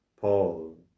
Paul